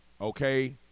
okay